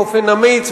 באופן אמיץ,